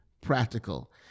practical